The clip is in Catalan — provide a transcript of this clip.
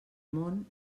món